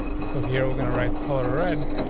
so here, we're gonna write color red.